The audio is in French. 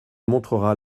montera